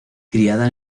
criada